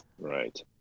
Right